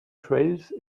trails